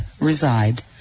reside